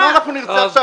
אז מה נרצה עכשיו?